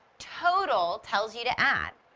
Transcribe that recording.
total tells you to add.